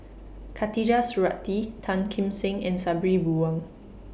Khatijah Surattee Tan Kim Seng and Sabri Buang